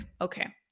okay